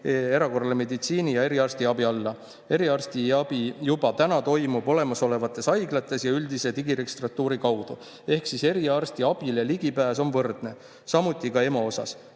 esmatasandi, EMO ja eriarstiabi alla. Eriarstiabi juba täna toimub olemasolevates haiglates ja üldise digiregistratuuri kaudu, ehk siis eriarstiabile ligipääs on võrdne. Samuti ka EMO osas.